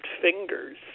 fingers